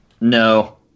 No